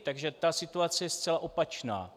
Takže ta situace je zcela opačná.